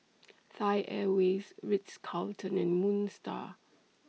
Thai Airways Ritz Carlton and Moon STAR